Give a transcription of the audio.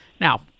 Now